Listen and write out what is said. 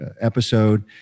episode